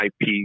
IP